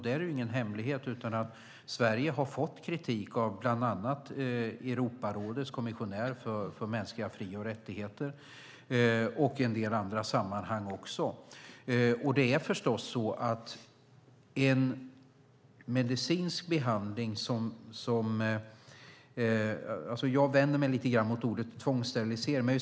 Det är ingen hemlighet att Sverige har fått kritik av bland annat Europarådets kommissionär för mänskliga fri och rättigheter och i en del andra sammanhang också. Jag vänder mig lite grann mot ordet tvångssterilisering.